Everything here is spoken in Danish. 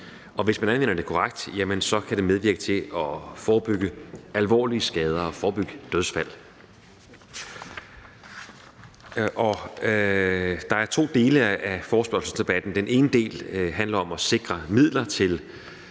og hvis man anvender det korrekt, kan det medvirke til at forebygge alvorlige skader og forebygge dødsfald. Der er to dele af forespørgselsdebatten. Den ene del handler om at sikre midler til